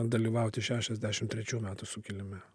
dalyvauti šešiasdešim trečių metų sukilime